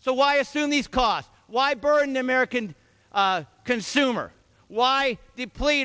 so why assume these costs why burden the american consumer why deplete